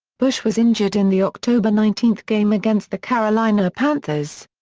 bush was injured in the october nineteen game against the carolina panthers.